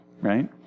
Right